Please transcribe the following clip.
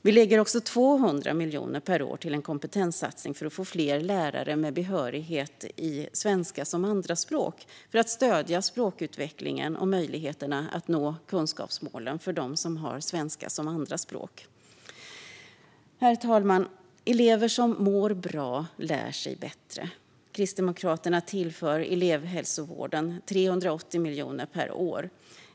Vi lägger också 200 miljoner per år på en kompetenssatsning för att få fler lärare med behörighet i svenska som andraspråk och för att stödja språkutvecklingen och möjligheterna för elever med svenska som andraspråk att nå kunskapsmålen. Herr talman! Elever som mår bra lär sig bättre. Kristdemokraterna tillför elevhälsovården 380 miljoner per år.